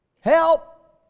Help